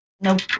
Nope